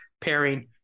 pairing